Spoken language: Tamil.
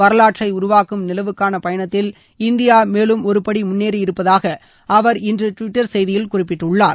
வரலாற்றை உருவாக்கும் நிலவுக்கான பயணத்தில் இந்தியா மேலும் ஒருபடி முன்னேறி இருப்பதாக அவர் இன்று ட்விட்டர் செய்தியில் குறிப்பிட்டுள்ளார்